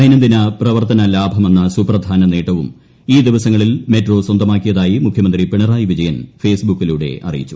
ദൈനംദിന പ്രവർത്ത്നലാ്ടമെന്ന സുപ്രധാന നേട്ടവും ഈ ദിവസങ്ങളിൽ മെട്രോ സ്വന്തമാക്കിയതായി മുഖ്യമന്ത്രി പിണറായി വിജ യൻ ഫേസ്ബുക്കിലൂടെ അറ്യിച്ചു